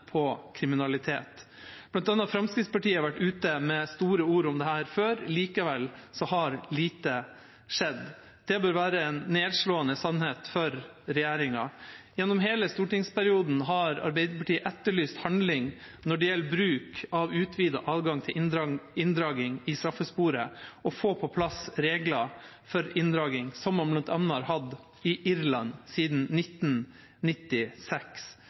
på kriminalitet. Blant annet Fremskrittspartiet har vært ute med store ord om dette før. Likevel har lite skjedd. Det bør være en nedslående sannhet for regjeringa. Gjennom hele stortingsperioden har Arbeiderpartiet etterlyst handling når det gjelder bruk av utvidet adgang til inndragning i straffesporet og å få på plass regler for inndragning, noe man bl.a. har hatt i Irland siden 1996.